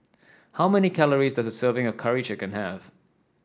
how many calories does a serving of Curry Chicken have